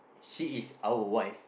she is our wife